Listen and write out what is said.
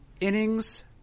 innings